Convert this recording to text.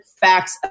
facts